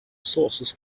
sources